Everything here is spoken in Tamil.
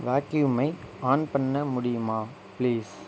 வாக்யூமை ஆன் பண்ண முடியுமா ப்ளீஸ்